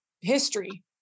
history